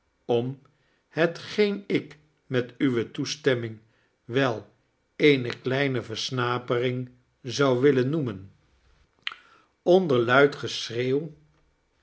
om hetgeen ik met uwe toesteanming wel eene kleine versnapering zou willeni noemen onder luid